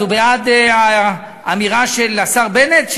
אז הוא בעד האמירה של השר בנט,